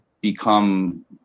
become